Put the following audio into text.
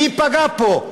מי ייפגע פה?